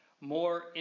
more